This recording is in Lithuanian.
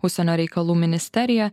užsienio reikalų ministerija